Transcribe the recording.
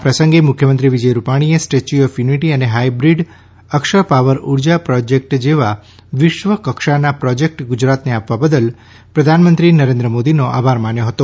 આ પ્રસંગે મુખ્યમંત્રી શ્રી વિજય રૂપાણીએ સ્ટેચ્યુ ઓફ યુનિટી અને હાયબ્રીડ અક્ષર પાવર ઉર્જા પ્રોજેક્ટ જેવા વિશ્વકક્ષાના પ્રોજેક્ટ ગુજરાતને આપવા બદલ પ્રધાનમંત્રીશ્રી નરેન્દ્ર મોદીનો આભાર માન્યો હતો